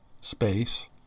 space